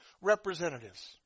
representatives